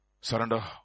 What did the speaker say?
Surrender